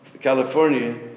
California